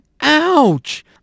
ouch